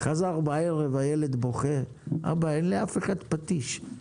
חזר הילד בערב בוכה: אבא, אין לאף אחד פטיש.